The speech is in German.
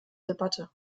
debatte